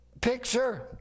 picture